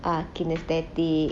ah kinaesthetic